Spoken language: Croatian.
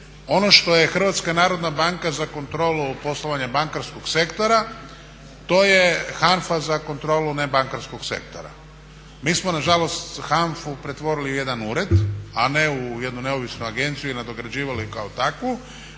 ono što je HNB za kontrolu poslovanja bankarskog sektora to je HANFA za kontrolu nebankarskog sektora. Mi smo nažalost HANFA-u pretvorili u jedan ured, a ne u jednu neovisnu agenciju i nadograđivali kao takvu.